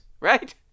right